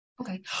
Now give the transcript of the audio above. Okay